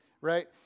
right